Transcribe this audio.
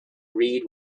read